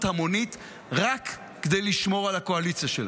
המונית רק כדי לשמור על הקואליציה שלהם.